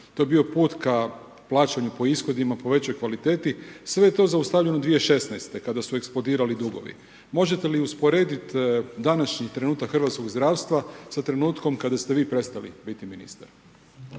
To je bio put ka plaćanju po ishodima, po većoj kvaliteti. Sve je to zaustavljeno 2016., kada su eksplodirali dugovi. Možete li usporediti današnji trenutak hrvatskog zdravstva sa trenutkom kada ste vi prestali biti ministar?